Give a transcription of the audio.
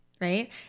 right